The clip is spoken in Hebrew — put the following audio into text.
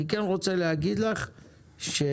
אני כן רוצה להגיד לך שאוחיון,